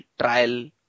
trial